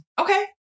okay